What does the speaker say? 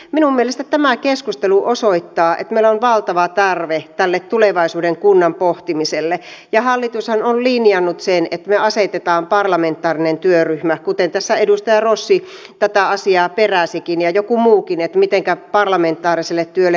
minun mielestäni tämä keskustelu osoittaa että meillä on valtava tarve tälle tulevaisuuden kunnan pohtimiselle ja hallitushan on linjannut sen että me asetamme parlamentaarisen työryhmän kuten tässä edustaja rossi ja joku muukin peräsikin mitä parlamentaariselle työlle tehdään